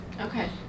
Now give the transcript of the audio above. Okay